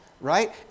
Right